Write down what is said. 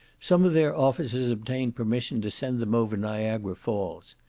some of their officers obtained permission to send them over niagara falls.